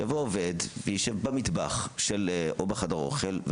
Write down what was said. יבוא עובד ויישב במטבח או בחדר האוכל,